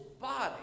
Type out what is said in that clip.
body